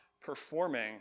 performing